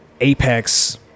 Apex